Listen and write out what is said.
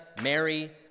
Mary